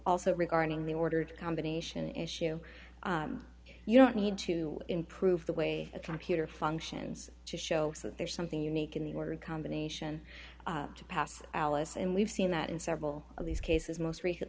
also regarding the ordered combination issue you don't need to improve the way a computer functions to show that there is something unique in the word combination to pass alice and we've seen that in several of these cases most recent